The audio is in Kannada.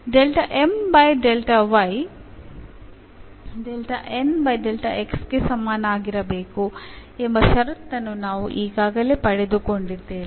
ಗೆ ಸಮನಾಗಿರಬೇಕು ಎಂಬ ಷರತ್ತನ್ನು ನಾವು ಈಗಾಗಲೇ ಪಡೆದುಕೊಂಡಿದ್ದೇವೆ